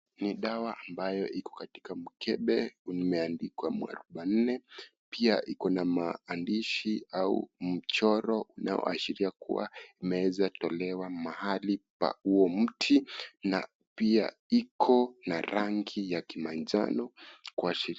Ni dawa ambayo iko katika mkebe imeandikwa Mwarobaini. Pia iko na maandishi au mchoro unaoashiria kuwa imeweza tolewa mahali pa huo mti na pia iko na rangi ya kimanjano kuashiria...